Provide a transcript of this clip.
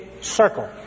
circle